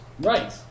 Right